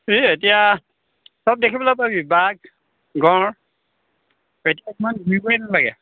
এই এতিয়া চব দেখিবলৈ পাবি বাঘ গঁড় এতিয়া ইমান ঘূৰিবই নালাগে